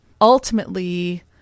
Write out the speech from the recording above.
ultimately